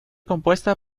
compuesta